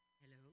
Hello